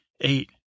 Eight